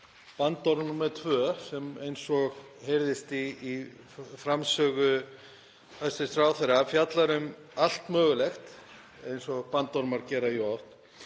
bandorm númer tvö sem, eins og heyrðist í framsögu hæstv. ráðherra, fjallar um allt mögulegt eins og bandormar gera jú oft.